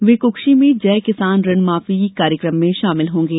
वे कुक्षी में जय किसान ऋण माफी कार्यक्रम में शामिल होंगे